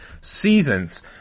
seasons